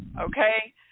Okay